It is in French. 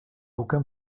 aucun